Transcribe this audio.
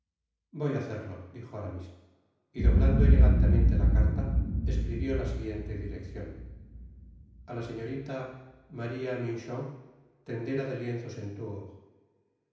voy á hacerlo dijo aramis y doblando elegantemente la carta escribió la siguiente direccion a la señorita maria michon tendera de lienzos en tours